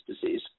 disease